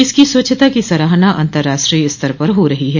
इसकी स्वच्छता की सराहना अतंर्राष्ट्रीय स्तर पर हो रही है